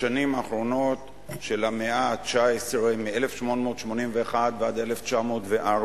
בשנים האחרונות של המאה ה-19, מ-1881 ועד 1904,